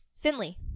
Finley